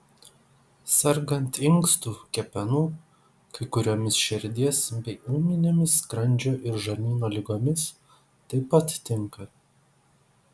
sergant inkstų kepenų kai kuriomis širdies bei ūminėmis skrandžio ir žarnyno ligomis taip pat tinka